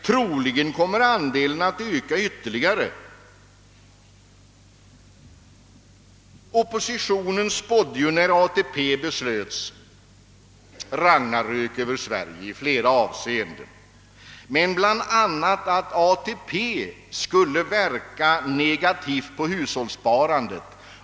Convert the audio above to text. Troligen kommer andelen att öka ytterligare.» Oppositionen spådde när ATP beslöts ragnarök över Sverige i flera avseenden. Bl. a. spådde man att ATP skulle verka negativt på hushållssparandet.